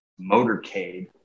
motorcade